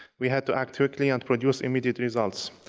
we had to act quickly and produce immediate results.